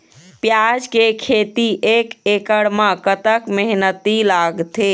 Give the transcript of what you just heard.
प्याज के खेती एक एकड़ म कतक मेहनती लागथे?